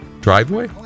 driveway